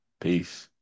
peace